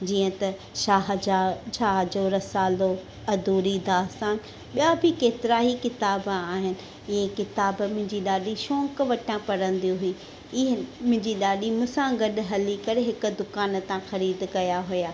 जीअं त शाह जा शाह जो रसालो अधूरी दास्तान ॿिया बि केतिरा ई किताब आहिनि इहे किताब मुंहिंजी ॾाॾी शौंक़ु वटां पढ़ंदी हुई इहा मुंहिंजी ॾाॾी मूसां गॾु हली करे हिक दुकान तां खरीद कया हुआ